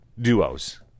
Duos